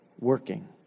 working